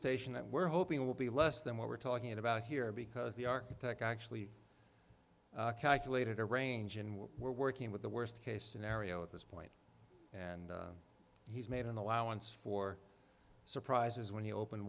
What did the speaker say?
station that we're hoping will be less than what we're talking about here because the architect actually calculated a range in what we're working with the worst case scenario at this point and he's made an allowance for surprises when you open